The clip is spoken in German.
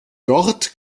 dort